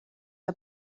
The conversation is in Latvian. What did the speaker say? tev